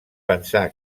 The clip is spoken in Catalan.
pensar